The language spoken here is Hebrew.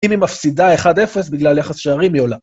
אם היא מפסידה 1-0 בגלל יחס שערים היא עולה.